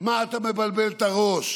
מה אתה מבלבל את הראש?